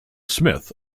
smith